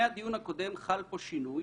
מהדיון הקודם חל פה שינוי,